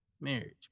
marriage